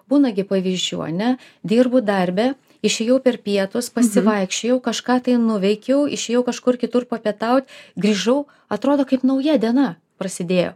būna gi pavyzdžių ane dirbu darbe išėjau per pietus pasivaikščiojau kažką nuveikiau išėjau kažkur kitur papietaut grįžau atrodo kaip nauja diena prasidėjo